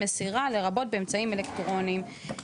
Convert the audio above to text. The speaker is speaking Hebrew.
"מסירה" לרבות באמצעים אלקטרוניים"".